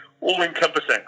all-encompassing